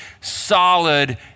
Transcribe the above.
solid